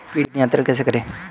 कीट नियंत्रण कैसे करें?